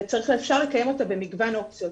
ואפשר לקיים אותה במגוון אופציות.